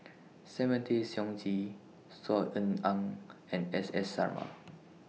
Simon Tay Seong Chee Saw Ean Ang and S S Sarma